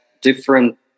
different